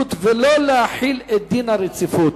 ההתנגדות ולא להחיל את דין הרציפות,